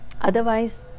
otherwise